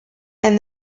and